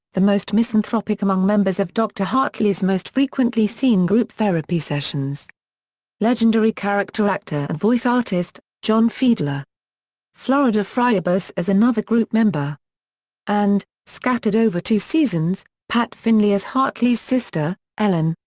the most misanthropic among members of dr. hartley's most frequently seen group therapy sessions legendary character actor and voice artist, john fiedler florida friebus as another group member and, scattered over two seasons, pat finley as hartley's sister, ellen,